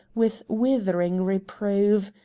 with withering reproof,